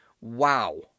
Wow